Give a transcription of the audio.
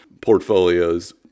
portfolios